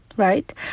right